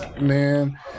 Man